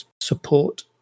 support